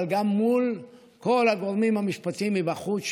אבל גם מול כל הגורמים המשפטיים מבחוץ,